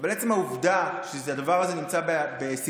אבל עצם העובדה שהדבר הזה נמצא בסימן